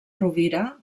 rovira